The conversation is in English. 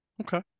Okay